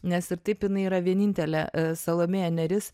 nes ir taip jinai yra vienintelė salomėja nėris